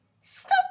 Stop